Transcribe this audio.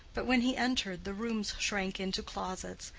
but when he entered, the rooms shrank into closets,